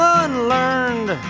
unlearned